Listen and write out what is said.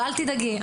אבל תדאגי,